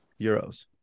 euros